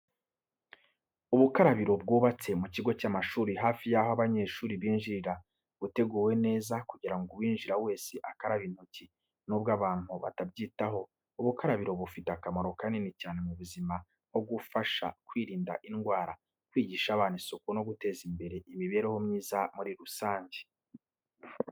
Ubukarabiro bwubatse mu kigo cy'amashuri hafi y'aho abanyeshuri binjirira, buteguye neza kugira ngo uwinjira wese akarabe intoki. Nubwo abantu batabyitaho, ubukarabiro bufite akamaro kanini cyane mu buzima nko gufasha kwirinda indwara, kwigisha abana isuku no guteza imbere imibereho myiza muri rusange.